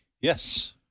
yes